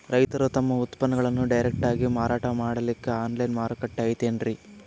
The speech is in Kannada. ರೈತರು ತಮ್ಮ ಉತ್ಪನ್ನಗಳನ್ನು ಡೈರೆಕ್ಟ್ ಆಗಿ ಮಾರಾಟ ಮಾಡಲಿಕ್ಕ ಆನ್ಲೈನ್ ಮಾರುಕಟ್ಟೆ ಐತೇನ್ರೀ?